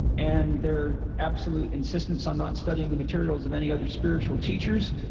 and their absolute insistence on not studying the materials of any other spiritual teachers.